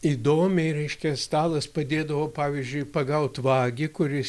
įdomiai reiškia stalas padėdavo pavyzdžiui pagaut vagį kuris